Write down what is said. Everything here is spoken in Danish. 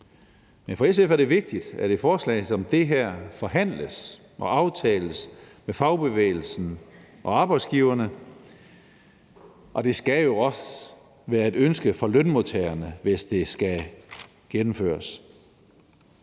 Men for SF er det vigtigt, at et forslag som det her forhandles og aftales med fagbevægelsen og arbejdsgiverne, og det skal jo også være et ønske fra lønmodtagerne, hvis det skal gennemføres.